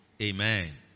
amen